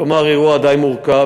כלומר אירוע די מורכב,